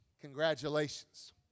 congratulations